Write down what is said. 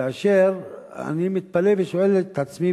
כאשר אני מתפלא ושואל את עצמי,